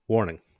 Warning